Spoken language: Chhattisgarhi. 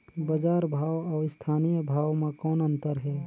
बजार भाव अउ स्थानीय भाव म कौन अन्तर हे?